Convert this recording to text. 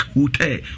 Hotel